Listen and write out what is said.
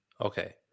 okay